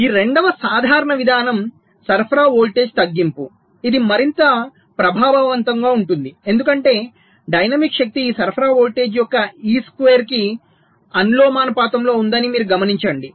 ఈ రెండవ సాధారణ విధానం సరఫరా వోల్టేజ్ తగ్గింపు ఇది మరింత ప్రభావవంతంగా ఉంటుంది ఎందుకంటే డైనమిక్ శక్తి ఈ సరఫరా వోల్టేజ్ యొక్క ఈ స్క్వేర్ కి అనులోమానుపాతంలో ఉందని మీరు గమనించండి